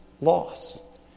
loss